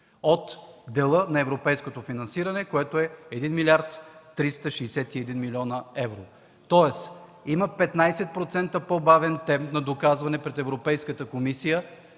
от дела на европейското финансиране, което е 1 млрд. 361 млн. евро. Тоест има 15% по-бавен темп на доказване пред Европейската комисия